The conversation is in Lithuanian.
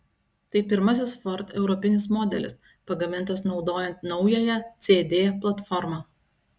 tai pirmasis ford europinis modelis pagamintas naudojant naująją cd platformą